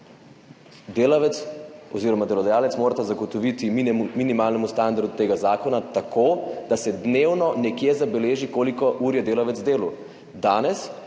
delavec oziroma delodajalec morata zagotoviti minimalni standard tega zakona tako, da se dnevno nekje zabeleži, koliko ur je delavec delal. Danes,